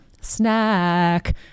snack